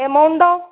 എമൗണ്ടോ